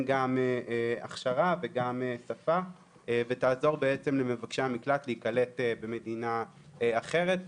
גם הכשרה וגם שפה ותעזור למבקשי המקלט להיקלט במדינה אחרת.